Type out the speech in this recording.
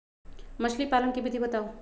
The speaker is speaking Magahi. मछली पालन के विधि बताऊँ?